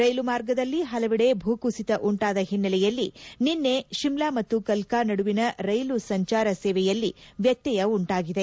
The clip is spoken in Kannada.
ರೈಲು ಮಾರ್ಗದಲ್ಲಿ ಹಲವೆಡೆ ಭೂಕುಸಿತ ಉಂಟಾದ ಹಿನ್ನೆಲೆಯಲ್ಲಿ ನಿನ್ನೆ ಶಿಮ್ಲಾ ಮತ್ತು ಕಲ್ಕಾ ನಡುವಿನ ರೈಲು ಸಂಚಾರ ಸೇವೆಯಲ್ಲಿ ವ್ಯತ್ಕಾಯ ಉಂಟಾಗಿದೆ